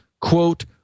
quote